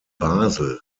basel